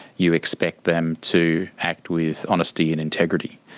you expect them to act with honesty and integrity.